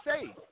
say